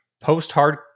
post-hard